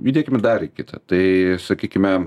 judėkime dar į kitą tai sakykime